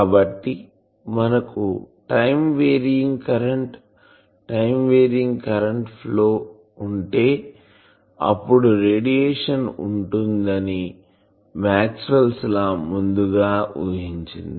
కాబట్టి మనకు time varying current time varying current flow ఉంటే అప్పుడు రేడియేషన్ ఉంటుందని మాక్స్వెల్ లా maxwell's law చెప్తుంది